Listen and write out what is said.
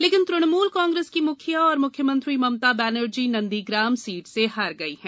लेकिन तृणमूलकांग्रेस की मुखिया और मुख्यमंत्री ममता बनर्जी नंदीग्राम सीटी से हार गई हैं